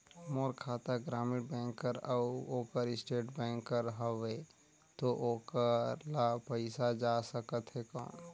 मोर खाता ग्रामीण बैंक कर अउ ओकर स्टेट बैंक कर हावेय तो ओकर ला पइसा जा सकत हे कौन?